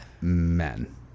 men